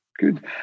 good